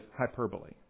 hyperbole